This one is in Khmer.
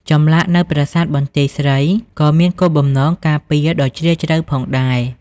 ចម្លាក់នៅប្រាសាទបន្ទាយស្រីក៏មានគោលបំណងការពារដ៏ជ្រាលជ្រៅផងដែរ។